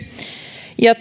ja